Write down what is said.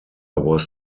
was